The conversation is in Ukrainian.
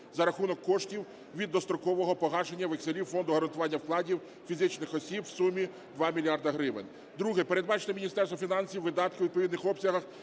за рахунок коштів від дострокового погашення векселів Фонду гарантування вкладів фізичних осіб в сумі 2 мільярда гривень. Друге. Передбачити Міністерству фінансів видатки відповідних обсягах